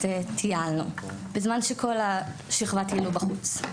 טיילנו בזמן שכל השכבה טיילו בחוץ.